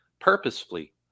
purposefully